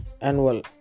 annual